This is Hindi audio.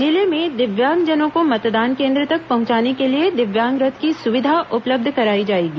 जिले में दिव्यांगजनों को मतदान केंद्र तक पहुंचाने के लिए दिव्यांग रथ की सुविधा उपलब्ध कराई जाएगी